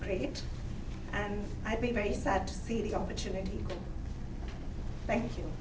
great and i'd be very sad to see the opportunity to thank you